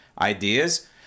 ideas